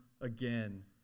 again